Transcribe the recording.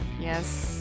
Yes